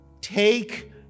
take